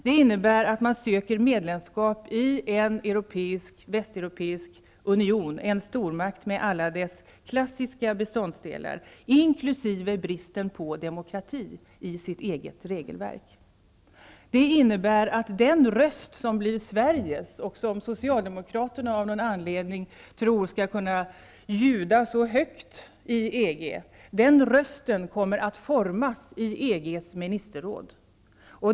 Det innebär att man söker medlemskap i en västeuropeisk union, en stormakt med alla dess beståndsdelar, inkl. bristen på demokrati i dess eget regelverk. Det innebär att den röst som blir Sveriges, och som socialdemokraterna av någon anledning tror skall kunna ljuda så högt i EG, kommer att formas i EG:s ministerråd.